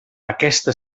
aquesta